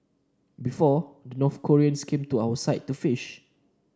before the North Koreans came to our side to fish